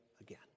again